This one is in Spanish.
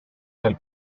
del